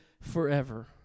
forever